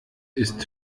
ist